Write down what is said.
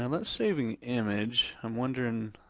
and that's saving image. i'm wondering,